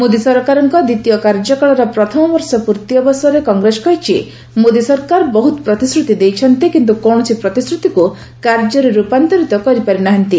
ମୋଦୀ ସରକାରଙ୍କ ଦ୍ୱିତୀୟ କାର୍ଯ୍ୟକାଳର ପ୍ରଥମ ବର୍ଷ ପୂର୍ତି ଅବସରରେ କଂଗ୍ରେସ କହିଛି ମୋଦୀ ସରକାର ବହୁତ ପ୍ରତିଶ୍ରତି ଦେଇଛନ୍ତି କିନ୍ତୁ କୌଣସି ପ୍ରତିଶ୍ରୁତିକୁ କାର୍ଯ୍ୟରେ ରୂପାନ୍ତରିତ କରିପାରି ନାହାନ୍ତି